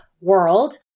world